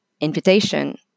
invitation